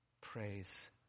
Praise